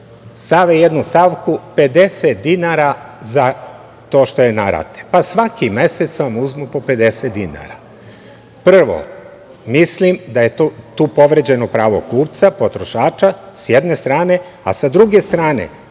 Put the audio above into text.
stave jednu stavku – 50 dinara za to što je na rate, pa vam svaki mesec uzmu po 50 dinara. Prvo, mislim da je tu povređeno pravo kupca, potrošača, sa jedne strane, a sa druge strane,